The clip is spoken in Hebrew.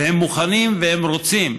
והם מוכנים והם רוצים.